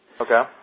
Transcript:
okay